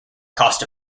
cost